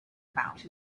about